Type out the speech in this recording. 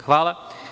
Hvala.